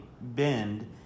bend